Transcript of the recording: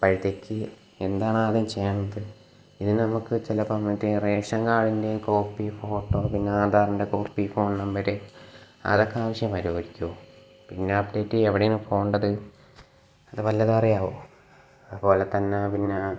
അപ്പോഴെത്തേക്ക് എന്താണ് ആദ്യം ചെയ്യേണ്ടത് ഇനി നമുക്ക് ചിലപ്പം മറ്റേ റേഷന് കാര്ഡിന്റെ കോപ്പി ഫോട്ടോ പിന്നെ ആധാറിന്റെ കോപ്പി ഫോണ് നമ്പർ അതൊക്കെ ആവശ്യം വരുമായിരിക്കുമോ പിന്നെ അപ്ഡേറ്റ് എവിടെയാണ് പോവേണ്ടത് അത് വല്ലതും അറിയാമോ അതുപോലെ തന്നെ പിന്നെ